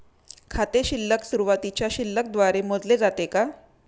खाते शिल्लक सुरुवातीच्या शिल्लक द्वारे मोजले जाते का?